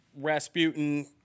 Rasputin